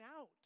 out